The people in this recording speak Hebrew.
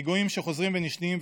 פיגועים שחוזרים ונשנים,